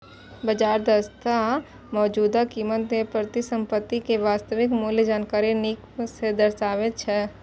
बाजार दक्षता मौजूदा कीमत मे परिसंपत्ति के वास्तविक मूल्यक जानकारी नीक सं दर्शाबै छै